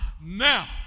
now